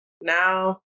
now